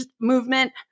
movement